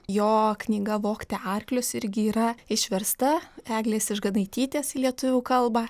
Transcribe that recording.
jo knyga vogti arklius irgi yra išversta eglės išganaitytės į lietuvių kalbą